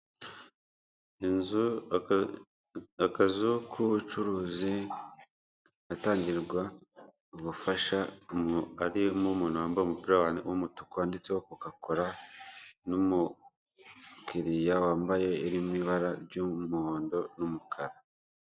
Umumotari uri ku ipikipiki wambaye akajiri kari mu icunga rihishije, wambaye kasike t'umutuku wambaye ipantaro y'umukara, ipikipiki iriho agasanduka,